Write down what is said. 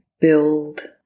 build